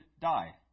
die